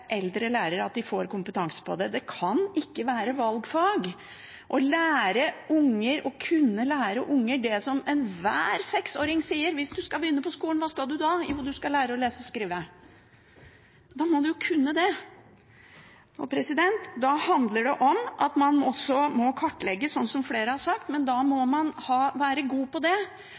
at eldre lærere får kompetanse i det. Det kan ikke være valgfag å kunne lære unger det som enhver seksåring vet: Når man begynner på skolen, hva skal man da? Jo, man skal lære å lese og skrive. Da må man jo kunne det. Da handler det om at man også må kartlegge – som flere har sagt – men da må man være god til det.